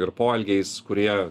ir poelgiais kurie